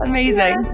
Amazing